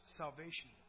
salvation